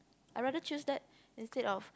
I rather choose that instead of